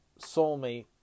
soulmate